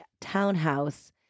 townhouse